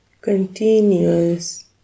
continuous